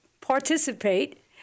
participate